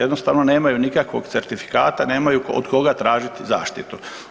Jednostavno nemaju nikakvog certifikata, nemaju od koga tražiti zaštitu.